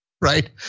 right